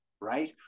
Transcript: right